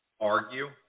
argue